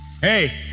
Hey